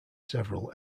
several